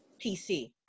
PC